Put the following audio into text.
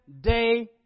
day